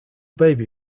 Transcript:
baby